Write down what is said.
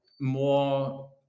more